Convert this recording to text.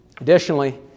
Additionally